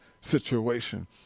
situation